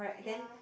ya